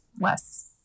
less